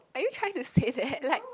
are you trying to say that like